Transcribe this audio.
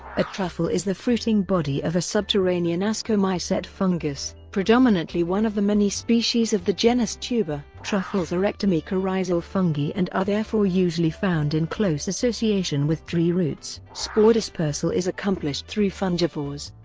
a truffle is the fruiting body of a subterranean ascomycete fungus, predominantly one of the many species of the genus tuber. truffles are ectomycorrhizal fungi and are therefore usually found in close association with tree roots. spore dispersal is accomplished through fungivores,